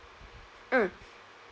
mm